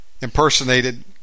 impersonated